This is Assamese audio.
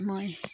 মই